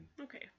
Okay